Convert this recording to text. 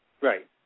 Right